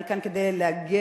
אני כאן כדי להגן